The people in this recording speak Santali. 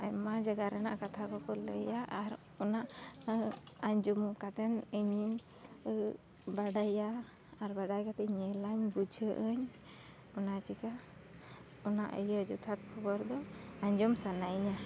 ᱟᱭᱢᱟ ᱡᱟᱭᱜᱟ ᱨᱮᱱᱟᱜ ᱠᱟᱛᱷᱟ ᱠᱚᱠᱚ ᱞᱟᱹᱭᱟ ᱟᱨ ᱚᱱᱟ ᱟᱸᱡᱚᱢ ᱠᱟᱛᱮᱫ ᱤᱧᱤᱧ ᱵᱟᱰᱟᱭᱟ ᱟᱨ ᱵᱟᱰᱟᱭ ᱠᱟᱛᱮᱫ ᱤᱧ ᱧᱮᱞᱟ ᱵᱩᱡᱷᱟᱹᱜ ᱟᱹᱧ ᱚᱱᱟ ᱪᱤᱠᱟᱹ ᱚᱱᱟ ᱤᱭᱟᱹ ᱡᱚᱛᱷᱟᱛ ᱠᱷᱚᱵᱚᱨ ᱫᱚ ᱟᱸᱡᱚᱢ ᱥᱟᱱᱟᱭᱤᱧᱟᱹ